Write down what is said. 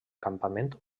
campament